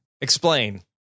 Explain